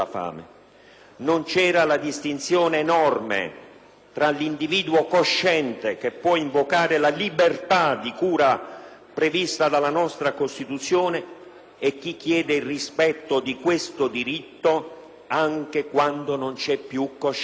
Non c'era la distinzione enorme tra l'individuo cosciente, che può invocare la libertà di cura prevista dalla nostra Costituzione, e chi chiede il rispetto di questo diritto anche quando non vi è più coscienza,